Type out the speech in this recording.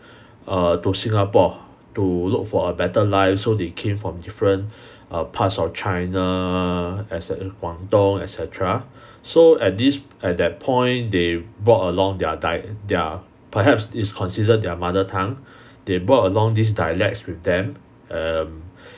err to singapore to look for a better life so they came from different uh parts of china as a guangdong et cetera so at this at that point they brought along their di~ their perhaps it's considered their mother tongue they brought along these dialects with them um